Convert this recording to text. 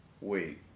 Wait